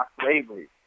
slavery